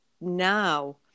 now